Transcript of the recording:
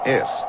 Yes